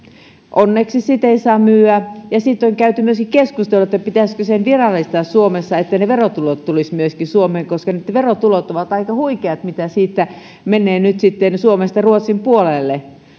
onneksi sitä ei saa myydä ja siitä on käyty myöskin keskustelua pitäisikö se virallistaa suomessa niin että myöskin verotulot tulisivat suomeen koska ne verotulot ovat aika huikeat mitä siitä menee nyt sitten suomesta ruotsin puolelle